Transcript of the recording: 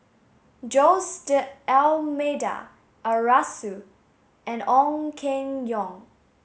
Jose D'almeida Arasu and Ong Keng Yong